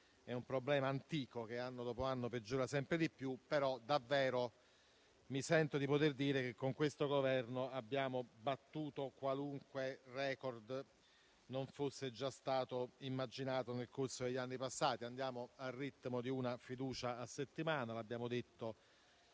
è un problema antico che, anno dopo anno, peggiora sempre di più. Mi sento però di poter dire che con questo Governo abbiamo battuto qualunque *record* non fosse già stato immaginato nel corso degli anni passati. Andiamo al ritmo di una fiducia a settimana, come abbiamo detto